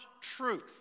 truth